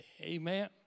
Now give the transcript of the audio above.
amen